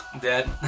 dead